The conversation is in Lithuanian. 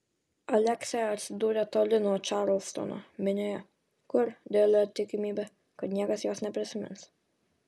aleksė atsidūrė toli nuo čarlstono minioje kur didelė tikimybė kad niekas jos neprisimins